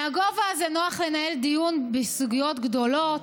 מהגובה הזה נוח לנהל דיון בסוגיות גדולות,